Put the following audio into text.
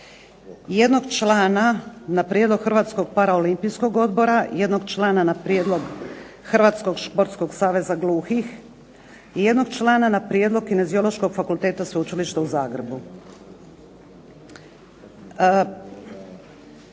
jednog člana na prijedlog Hrvatskog para olimpijskog odbora, jednog člana na prijedlog Hrvatskog športskog saveza gluhih i jednog člana na prijedlog Kineziološkog fakulteta Sveučilišta u Zagrebu.